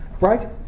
right